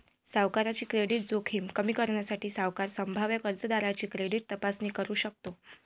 सावकाराची क्रेडिट जोखीम कमी करण्यासाठी, सावकार संभाव्य कर्जदाराची क्रेडिट तपासणी करू शकतो